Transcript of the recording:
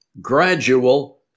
gradual